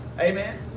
Amen